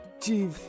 chief